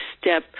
step